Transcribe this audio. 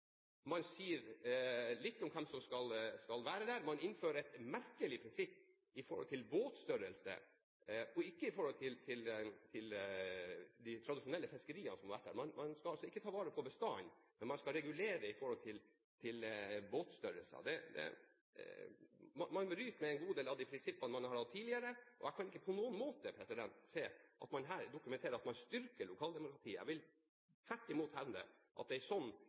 Man sier litt om hvem som skal være der. Man innfører et merkelig prinsipp i forhold til båtstørrelse og ikke i forhold til de tradisjonelle fiskeriene som har vært der. Man skal altså ikke ta vare på bestanden, men man skal regulere i forhold til båtstørrelse. Man bryter med en god del av prinsippene man har hatt tidligere, og jeg kan ikke på noen måte se at man her dokumenterer at man styrker lokaldemokratiet. Jeg vil tvert imot hevde at en sånn